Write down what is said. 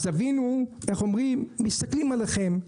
אז תבינו, מסתכלים עליכם.